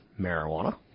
marijuana